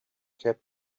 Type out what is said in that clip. kept